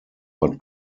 but